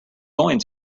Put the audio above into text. going